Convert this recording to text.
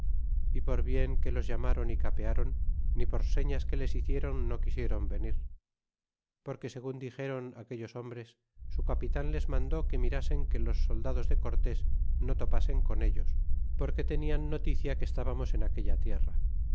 y por bien que los ilamron y caperon ni por señas que les hicieron no quisieron venir porque segun dixeron aquellos hombres su capilan les mandó que mirasen que los soldados de cortés no topasen con ellos porque tenian noticia que estábamos en aquella tierra